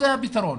זה הפתרון,